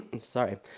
sorry